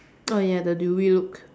oh ya the dewy look